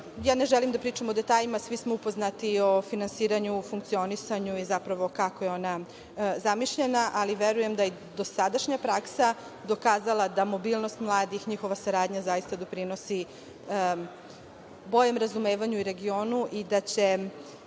želim da pričam o detaljima, ali svi smo upoznati o finansiranju, funkcionisanju, zapravo kako je ona zamišljena, ali verujem da je dosadašnja praksa pokazala da mobilnost mladih, njihova saradnja zaista doprinosi boljem razumevanju u regionu i da će